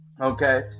okay